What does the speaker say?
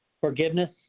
forgiveness